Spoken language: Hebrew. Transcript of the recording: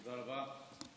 תודה רבה.